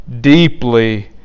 deeply